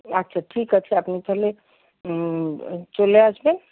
আচ্ছা ঠিক আছে আপনি তাহলে হুম চলে আসবেন